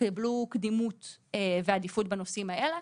יקבלו קדימות ועדיפות בנושאים האלה.